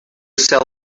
sell